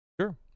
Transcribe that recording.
Sure